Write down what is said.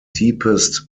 deepest